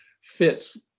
fits